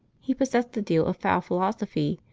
he possessed a deal of fowl philosophy,